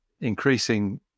increasing